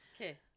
okay